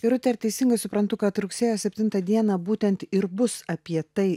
irute ar teisingai suprantu kad rugsėjo septintą dieną būtent ir bus apie tai